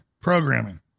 programming